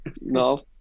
No